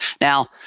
Now